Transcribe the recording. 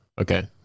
Okay